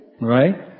right